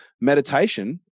Meditation